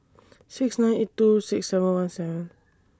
six nine eight two six seven one seven